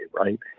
right